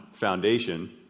foundation